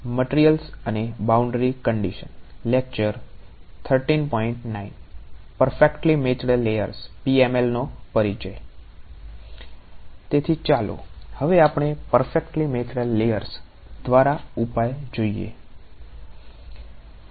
તેથી ચાલો હવે આપણે પરફેકટલી મેચ્ડ લેયર્સ દ્વારા ઉપાય જોઈએ